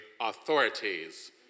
authorities